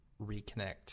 reconnect